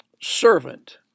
servant